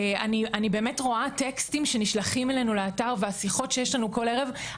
אני באמת רואה טקסטים שנשלחים אלינו לאתר והשיחות שיש לנו כל ערב,